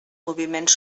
moviments